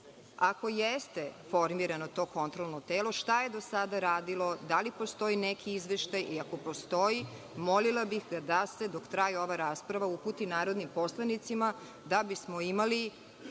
Ako jeste formirano to kontrolno telo, šta je do sada radilo, da li postoji neki izveštaj i ako postoji molila bih da se dok traju ove rasprave uputi narodnim poslanicima da bismo imali